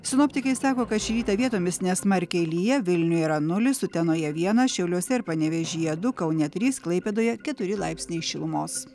sinoptikai sako kad šį rytą vietomis nesmarkiai lyja vilniuje yra nulis utenoje vienas šiauliuose ir panevėžyje du kaune trys klaipėdoje keturi laipsniai šilumos